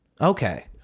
Okay